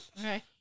Okay